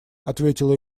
ответила